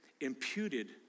imputed